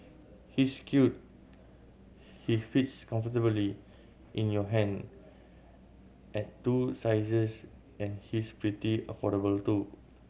he's cute he fits comfortably in your hand at two sizes and he's pretty affordable too